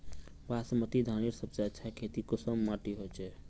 बासमती धानेर सबसे अच्छा खेती कुंसम माटी होचए?